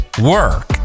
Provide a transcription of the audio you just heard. work